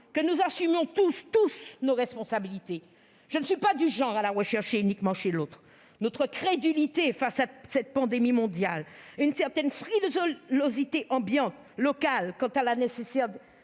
-nous assumions courageusement nos responsabilités. Je ne suis pas du genre à les rechercher uniquement chez les autres : notre crédulité face à cette pandémie, une certaine frilosité ambiante locale quant à la nécessaire